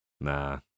Nah